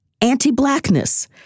anti-blackness